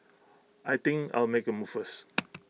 I think I'll make A move first